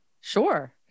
Sure